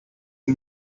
fue